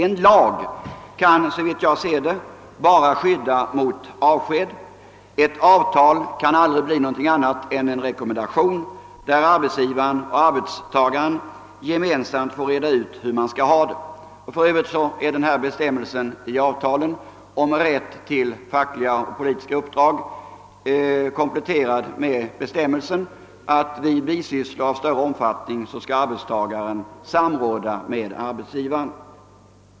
En lag kan såvitt jag kan finna bara skydda mot avsked, ett avtal kan aldrig bli något annat än en rekommendation där arbetsgivaren och arbetstagaren gemensamt får komma överens om hur de vill ordna frågan. För övrigt är bestämmelsen i avtalen om rätt till fackliga och politiska uppdrag kompletterad med bestämmelsen att vid bisysslor av större omfattning arbetstagaren skall samråda med arbetsgivaren.